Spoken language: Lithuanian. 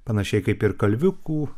panašiai kaip ir kalviukų